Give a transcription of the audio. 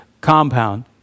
compound